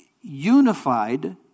unified